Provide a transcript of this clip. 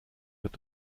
wird